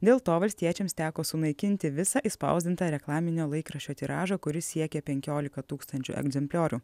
dėl to valstiečiams teko sunaikinti visą išspausdintą reklaminio laikraščio tiražą kuris siekė penkiolika tūkstančių egzempliorių